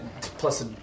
Plus